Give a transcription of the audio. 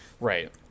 Right